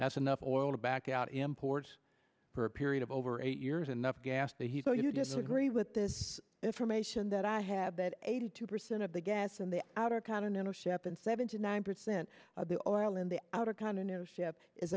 that's enough oil to back out imports per period of over eight years enough gas to heathrow you disagree with this information that i have that eighty two percent of the gas in the outer continental ship and seventy nine percent of the oil in the outer continental ship is